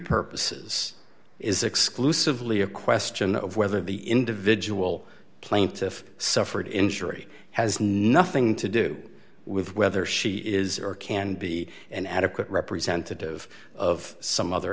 purposes is exclusively a question of whether the individual plaintiff suffered injury has nothing to do with whether she is or can be an adequate representative of some other